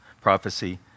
prophecy